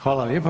Hvala lijepa.